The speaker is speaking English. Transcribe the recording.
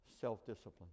self-discipline